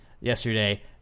yesterday